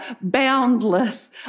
boundless